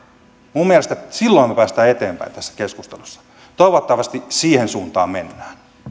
minun mielestäni silloin me pääsemme eteenpäin tässä keskustelussa toivottavasti siihen suuntaan mennään